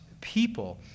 people